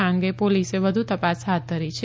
આ અંગે પોલીસે વધુ તપાસ હાથ ધરી છે